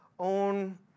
own